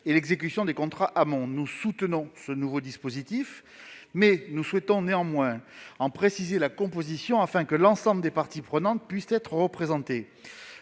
et l'exécution des contrats amont. Nous soutenons ce nouveau dispositif, mais nous souhaitons en préciser la composition afin que l'ensemble des parties prenantes puissent être représentées.